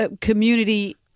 community